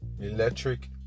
electric